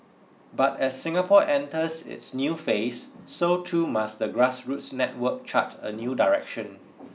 but as Singapore enters its new phase so too must the grassroots network chart a new direction